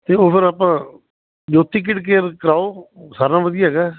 ਤੇ ਉਹ ਫੇਰ ਆਪਾਂ ਜੋਤੀ ਕਿੱਡ ਕੇਅਰ ਕਰਾਓ ਸਰ ਨਾਲੋਂ ਵਧੀਆ ਹੈਗਾ